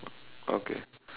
okay